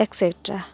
extra